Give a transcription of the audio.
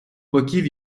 боків